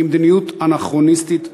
היא מדיניות אנכרוניסטית,